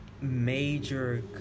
major